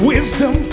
Wisdom